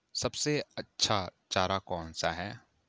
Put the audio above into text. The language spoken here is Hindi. सबसे अच्छा चारा कौन सा है?